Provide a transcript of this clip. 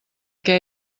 què